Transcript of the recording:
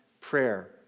prayer